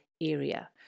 area